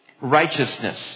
Righteousness